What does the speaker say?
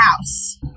house